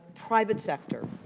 private sector,